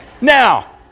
Now